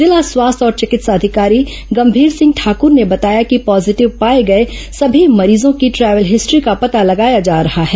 जिला स्वास्थ्य और चिकित्सा अधिकारी गंभीर सिंह ठाकर ने बताया कि पॉजीटिव पाए गए सभी मरीजों की ट्रैवल हिस्ट्री का पता लगाया जा रहा है